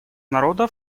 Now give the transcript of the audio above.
народа